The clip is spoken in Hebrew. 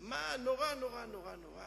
מה עם הפקס?